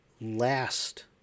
last